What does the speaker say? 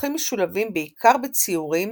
הפרחים משולבים בעיקר בציורים